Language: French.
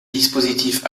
dispositif